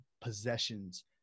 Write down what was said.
possessions